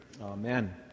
Amen